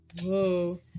Whoa